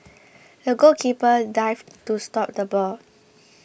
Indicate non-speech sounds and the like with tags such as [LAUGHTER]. [NOISE] the goalkeeper dived to stop the ball